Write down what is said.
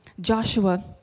Joshua